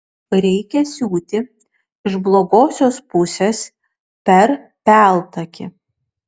reikia siūti iš blogosios pusės per peltakį